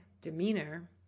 demeanor